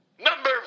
Number